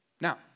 Now